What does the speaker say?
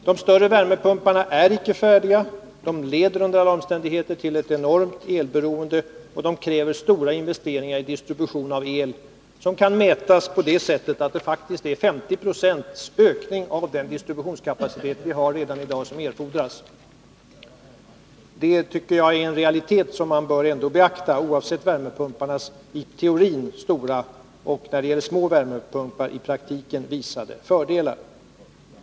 De större värmepumparna är icke färdiga, de leder under alla omständigheter till ett enormt elberoende och de kräver stora investeringar i distribution av el, som kan mätas på det sättet att det faktiskt erfordras 50 96 ökning av den produktionskapacitet vi har redan i dag. Det tycker jag är realiteter som man ändå bör beakta, oavsett värmepumparnas i teorin stora och, när det gäller små värmepumpar, i praktiken visade fördelar.